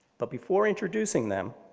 but before introducing them,